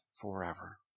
forever